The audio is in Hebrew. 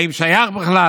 האם שייך בכלל,